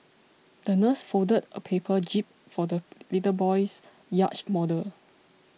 the nurse folded a paper jib for the little boy's yacht model